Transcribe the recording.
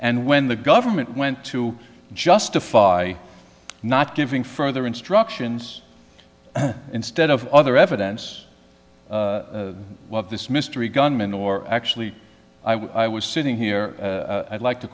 and when the government went to justify not giving further instructions instead of other evidence of this mystery gunman or actually i was sitting here i'd like to